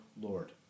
Lord